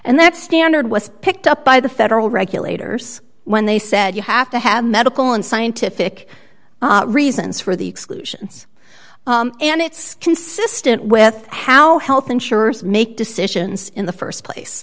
and that standard was picked up by the federal regulators when they said you have to have medical and scientific reasons for the exclusions and it's consistent with how health insurers make decisions in the st place